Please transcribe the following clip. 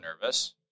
nervous